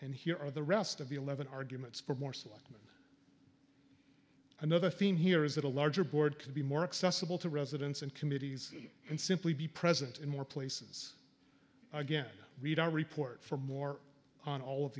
and here are the rest of the eleven arguments for more select another theme here is that a larger board could be more accessible to residents and committees and simply be present in more places again read our report for more on all of